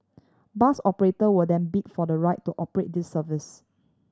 bus operator will then bid for the right to operate these service